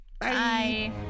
bye